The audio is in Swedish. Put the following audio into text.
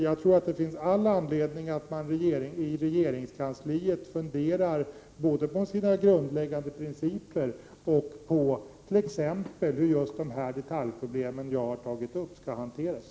Jag tror att det finns all anledning att man i regeringskansliet funderar både på sina grundläggande principen och på t.ex. hur de detaljproblem som jag har tagit upp skall hanteras.